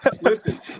Listen